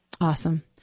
Awesome